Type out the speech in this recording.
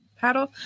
paddle